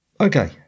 Okay